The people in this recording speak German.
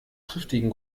triftigen